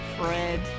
Fred